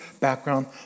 background